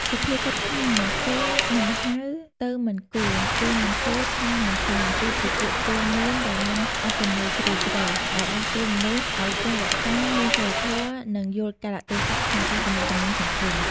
សុភាសិតខ្មែរ «គេមិនហៅ ទៅមិនគួរ គេមិនសួរ ឆ្លើយមិនសម» គឺជាពាក្យទូន្មានដ៏មានអត្ថន័យជ្រាលជ្រៅ ដែលដាស់តឿនមនុស្សឲ្យចេះរក្សា មានសីលធម៌ និង យល់កាលៈទេសៈក្នុងទំនាក់ទំនងសង្គម។